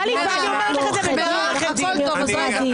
חברים, סליחה.